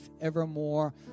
evermore